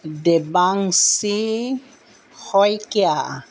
Debanshi Saikia